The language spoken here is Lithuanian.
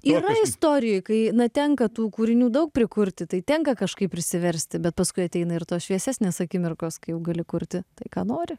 yra istorijoj kai na tenka tų kūrinių daug prikurti tai tenka kažkaip prisiversti bet paskui ateina ir tos šviesesnės akimirkos kai jau gali kurti tai ką nori